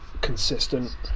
consistent